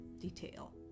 detail